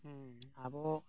ᱦᱮᱸ ᱟᱵᱚ